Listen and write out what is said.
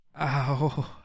ow